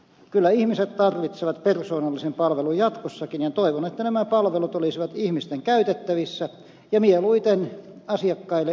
kyllä ihmiset tarvitsevat persoonallisen palvelun jatkossakin ja toivon että nämä palvelut olisivat ihmisten käytettävissä ja mieluiten asiakkaille ilmaisina